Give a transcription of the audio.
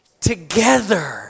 together